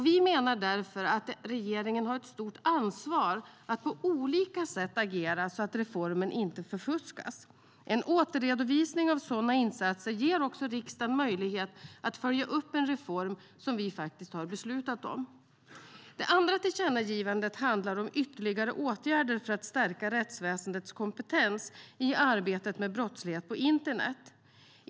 Vi menar därför att regeringen har ett stort ansvar att på olika sätt agera så att reformen inte förfuskas. En återredovisning av sådana insatser ger också riksdagen möjlighet att följa upp en reform som vi faktiskt har beslutat om. Det andra tillkännagivandet handlar om ytterligare åtgärder för att stärka rättsväsendets kompetens i arbetet med brottslighet på internet.